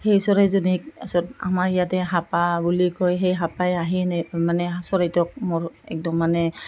সেই চৰাইজনীক তাছত আমাৰ ইয়াতে হাপা বুলি কয় সেই হাপাই আহি মানে চৰাইটোক মোৰ একদম মানে